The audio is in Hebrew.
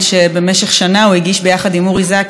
שבמשך שנה הוא הגיש ביחד עם אורי זכי,